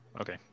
Okay